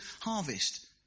Harvest